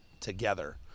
together